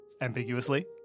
ambiguously